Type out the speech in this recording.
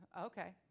Okay